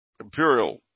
imperial